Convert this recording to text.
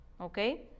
Okay